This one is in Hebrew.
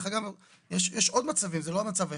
דרך אגב, יש עוד מצבים, זה לא המצב היחידי.